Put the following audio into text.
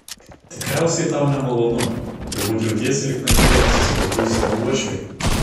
tikriausiai tau nemalonu turbūt jautiesi lyg lankydamasis pas būsimą uošvį